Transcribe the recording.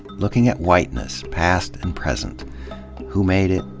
looking at whiteness, past and present who made it,